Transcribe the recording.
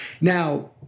Now